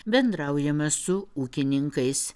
bendraujama su ūkininkais